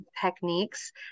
techniques